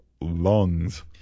lungs